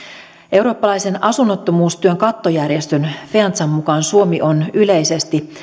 eurooppalaisen asunnottomuustyön kattojärjestön feantsan mukaan suomi on yleisesti